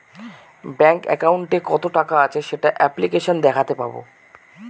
bank একাউন্টে কত টাকা আছে সেটা অ্যাপ্লিকেসনে দেখাতে পাবো